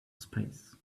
space